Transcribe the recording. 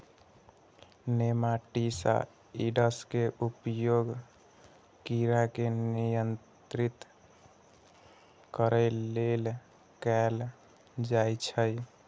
nematicides के उपयोग कीड़ा के नियंत्रित करै लेल कैल जाइ छै